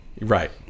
Right